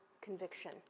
conviction